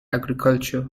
agriculture